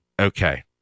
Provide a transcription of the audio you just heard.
Okay